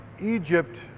egypt